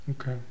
okay